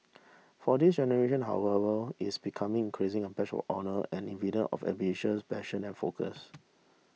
for this generation however it's becoming increasing a badge of honour and evidence of ambition passion and focus